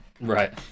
Right